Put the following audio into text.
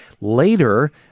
Later